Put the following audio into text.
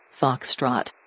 Foxtrot